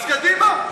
קדימה.